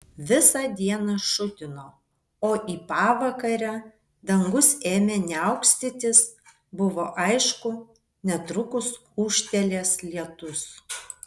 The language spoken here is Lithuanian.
visą dieną šutino o į pavakarę dangus ėmė niaukstytis buvo aišku netrukus ūžtelės lietus